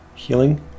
healing